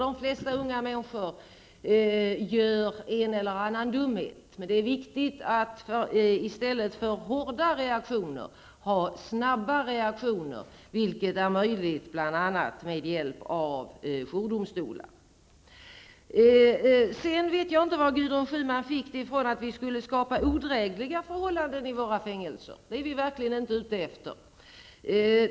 De flesta ungdomar gör en eller annan dumhet, men det är viktigt att i stället för hårda reaktioner ha snabba reaktioner, vilket blir möjligt med hjälp av jourdomstolar. Sedan vet jag inte varifrån Gudrun Schyman fick för sig att vi skulle skapa odrägligare förhållande i fängelserna. Det är vi verkligen inte ute efter.